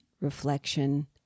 reflection